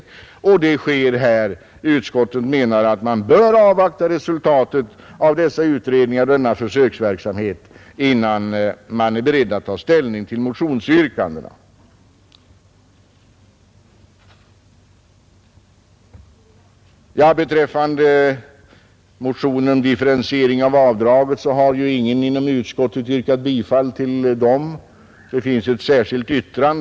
Det är detta som sker här. Utskottet menar att man bör avvakta resultatet av dessa utredningar och denna försöksverksamhet innan man är beredd att ta ställning till motionsyrkandena. Beträffande motionen om differentiering av avdraget kan sägas att ingen inom utskottet yrkat bifall till den, men det finns ett särskilt yttrande.